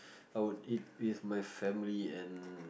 I will eat with my family and